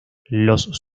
los